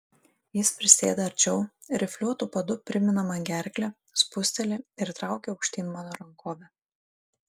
jis prisėda arčiau rifliuotu padu primina man gerklę spūsteli ir traukia aukštyn mano rankovę